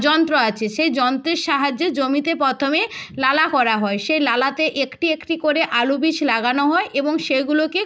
যন্ত্র আছে সেই যন্ত্রের সাহায্যে জমিতে প্রথমে নালা করা হয় সেই নালাতে একটি একটি করে আলু বীজ লাগানো হয় এবং সেগুলোকে